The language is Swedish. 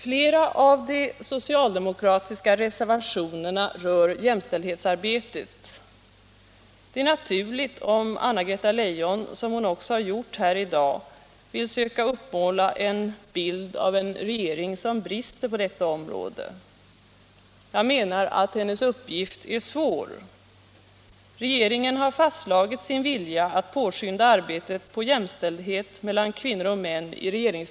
Flera av de socialdemokratiska reservationerna rör jämställdhetsarbetet. Det är naturligt att Anna-Greta Leijon, som hon också har gjort här i dag, vill söka uppmåla en bild av en regering som brister på detta område. Jag menar att hennes uppgift är svår. Regeringen har i regeringsdeklarationen fastslagit sin vilja att påskynda arbetet för jämställdhet mellan kvinnor och män.